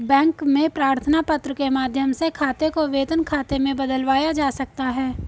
bank में प्रार्थना पत्र के माध्यम से खाते को वेतन खाते में बदलवाया जा सकता है